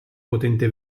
potente